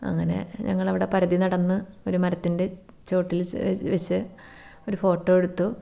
അങ്ങനെ ഞങ്ങൾ അവിടെ പരതി നടന്ന് ഒരു മരത്തിൻ്റെ ചോട്ടിൽ വെച്ച് ഒരു ഫോട്ടോ എടുത്തു